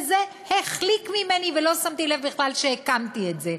וזה החליק ממני ולא שמתי לב בכלל שהקמתי את זה.